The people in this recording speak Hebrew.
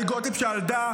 --- ציוד לא היה יכול להיכנס,